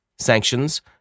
Sanctions